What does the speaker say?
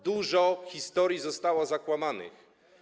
Dużo historii zostało zakłamanych.